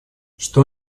что